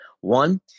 One